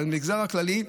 במגזר הכללי,